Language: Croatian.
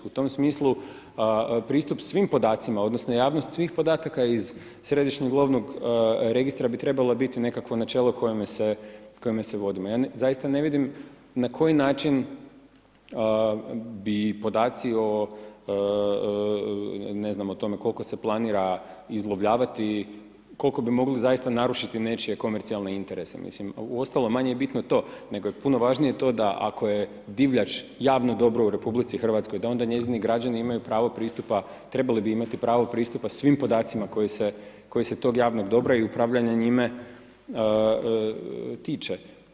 U tom smislu pristup svim podacima odnosno javnost svih podataka iz Središnjeg lovnog registra bi trebala bi biti nekakvo načelo kojim se vodimo, ja zaista ne vidim na koji način bi podaci o ne znam o tome koliko se planira izlovljavati, koliko bi mogli zaista narušiti nečije komercijalne interese, mislim uostalom manje je bitno to nego je puno važnije to da ako je divljač javno dobro u RH da onda njezini građani imaju pravo pristupa, trebali bi imati pravo pristupa svim podacima koji se tog javnog dobra i upravljanja njime tiče.